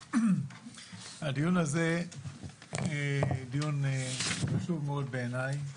הדיון הזה הוא דיון חשוב מאוד, בעיניי.